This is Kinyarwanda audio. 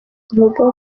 global